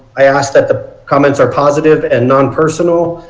ah asked that the comments are positive and not personal.